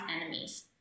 enemies